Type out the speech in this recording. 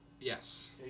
Yes